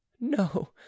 no